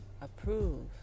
approve